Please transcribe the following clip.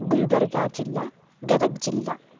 गुलबर्गाजिल्ला गदग् जिल्ला